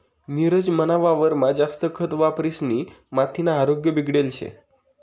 नीरज मना वावरमा जास्त खत वापरिसनी मातीना आरोग्य बिगडेल शे